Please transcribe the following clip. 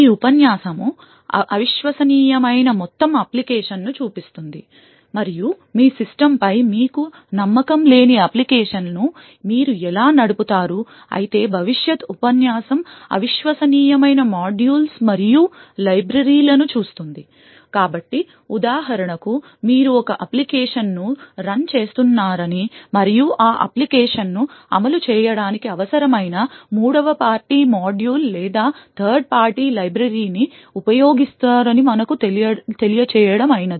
ఈ ఉపన్యాసం అవిశ్వసనీయమైన మొత్తం అప్లికేషన్ను చూపిస్తుంది మరియు మీ సిస్టమ్పై మీకు నమ్మకం లేని అప్లికేషన్ను మీరు ఎలా నడుపుతారు అయితే భవిష్యత్ ఉపన్యాసం అవిశ్వసనీయమైన మాడ్యూల్స్ మరియు లైబ్రరీలను చూస్తుంది కాబట్టి ఉదాహరణకు మీరు ఒక అప్లికేషన్ను రన్ చేస్తున్నారని మరియు ఆ అప్లికేషన్ను అమలు చేయడానికి అవసరమైన మూడవ పార్టీ మాడ్యూల్ లేదా థర్డ్ పార్టీ లైబ్రరీని ఉపయోగిస్తారని మనకు తెలియచేయడం ఐనది